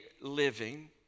living